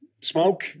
smoke